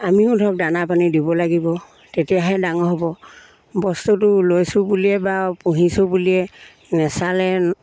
আমিও ধৰক দানা পানী দিব লাগিব তেতিয়াহে ডাঙৰ হ'ব বস্তুটো লৈছোঁ বুলিয়ে বা পুহিছোঁ বুলিয়ে নেচালে